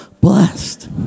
blessed